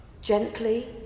Gently